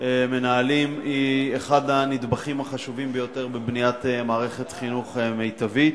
מנהלים היא אחד הנדבכים החשובים ביותר בבניית מערכת חינוך מיטבית.